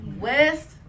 west